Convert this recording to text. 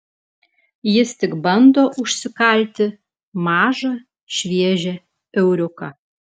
jis tik bando užsikalti mažą šviežią euriuką